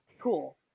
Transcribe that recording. Cool